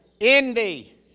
envy